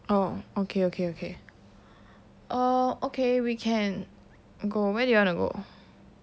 oh okay okay okay oh okay we can go where do you want to go